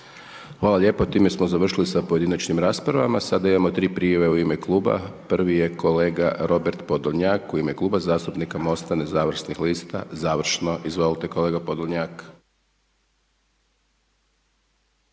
Hvala lijepo time smo završili sa pojedinačnim raspravama, sada imamo tri prijave u ime kluba. Prvi je kolega Robert Podolnjak u ime Kluba zastupnika MOSTA nezavisnih lista, završno. Izvolte kolega Podolnjak.